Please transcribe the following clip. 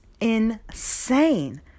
insane